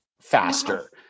faster